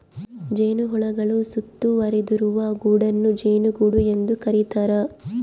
ಜೇನುಹುಳುಗಳು ಸುತ್ತುವರಿದಿರುವ ಗೂಡನ್ನು ಜೇನುಗೂಡು ಎಂದು ಕರೀತಾರ